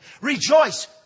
Rejoice